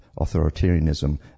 authoritarianism